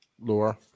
Lower